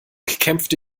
kämpfte